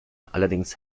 allerdings